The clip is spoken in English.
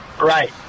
Right